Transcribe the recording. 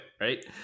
Right